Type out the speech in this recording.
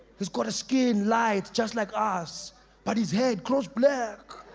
he's got a skin light, just like us but he's hair, it grows black